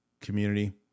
community